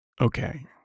Okay